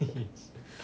yes